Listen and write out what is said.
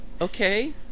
Okay